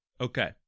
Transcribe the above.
Okay